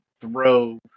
throw